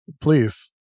Please